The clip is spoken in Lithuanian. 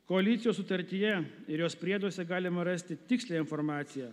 koalicijos sutartyje ir jos prieduose galima rasti tikslią informaciją